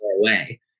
away